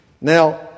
Now